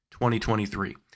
2023